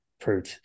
proved